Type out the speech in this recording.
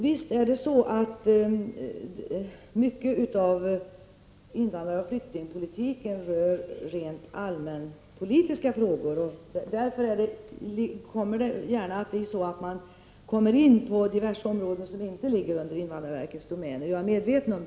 Visst är det så att mycket av invandraroch flyktingpolitiken rör rent allmänpolitiska frågor. Därför blir det gärna så att man kommer in på diverse områden som inte ligger inom invandrarministerns domän, det är jag medveten om.